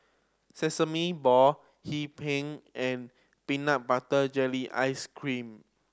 Sesame Ball Hee Pan and peanut butter jelly ice cream